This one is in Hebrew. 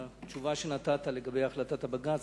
התשובה שנתת לגבי החלטת הבג"ץ,